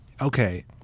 okay